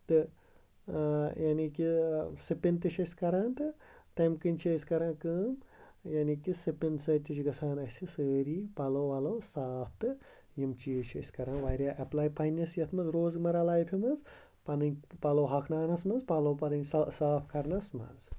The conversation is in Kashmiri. تہٕ ٲں یعنی کہِ سٕپِن تہِ چھِ أسۍ کَران تہٕ تمہِ کِن چھِ أسۍ کَران کٲم یعنی کہِ سِپِن سۭتۍ تہِ چھِ گَژھان اَسہِ سٲری پَلو وَلو صاف تہِ یِم چیز چھِ أسۍ کَران واریاہ ایپلاے پَنِنس یَتھ مَنٛز روز مَرا لایفہِ مَنٛز پَنٕنۍ پَلو ہۄکھناونَس مَنٛز پَلو پَنٕنۍ صاف کَرنَس مَنٛز